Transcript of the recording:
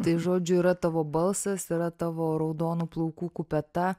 tai žodžiu yra tavo balsas yra tavo raudonų plaukų kupeta